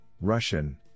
Russian